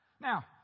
now